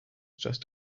just